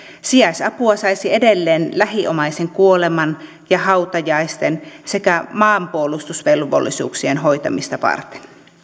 sijaisapua saisi edelleen lähiomaisen kuoleman ja hautajaisten sekä maanpuolustusvelvollisuuksien hoitamista varten